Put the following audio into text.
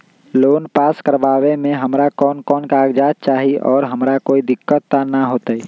Loan पास करवावे में हमरा कौन कौन कागजात चाही और हमरा कोई दिक्कत त ना होतई?